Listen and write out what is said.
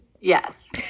yes